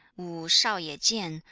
wu shao ye jian,